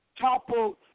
toppled